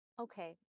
Okay